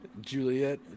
Juliet